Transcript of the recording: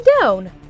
down